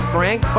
Frank